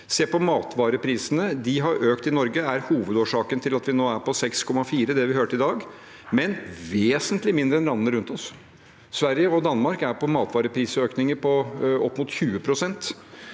Se på matvareprisene: De har økt i Norge og er hovedårsaken til at vi nå er på 6,4 pst. – det hørte vi i dag – men det er vesentlig mindre enn landene rundt oss. Sverige og Danmark har matvareprisøkninger på opp mot 20 pst.